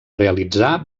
realitzar